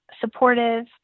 supportive